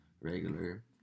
regular